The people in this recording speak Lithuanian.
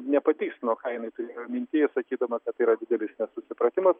nepatikslino ką jinai turėjo mintyje sakydama kad yra didelis nesusipratimas